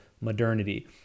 modernity